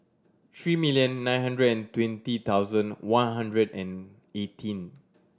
three million nine hundred and twenty thousand one hundred and eighteen